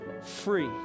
free